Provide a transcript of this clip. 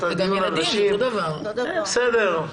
בסדר.